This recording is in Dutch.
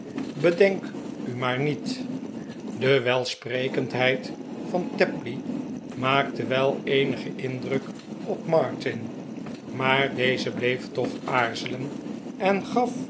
bedenk u maar niet de welsprekendheid van tapley maakte wel eenigen indruk op martin maar deze bleef toch nog aarzelen en gaf